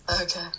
okay